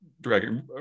dragging